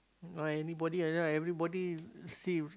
or anybody and then everybody save